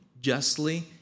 justly